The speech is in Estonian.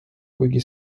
kuigi